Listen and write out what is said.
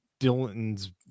Dylan's